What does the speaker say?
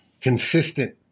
consistent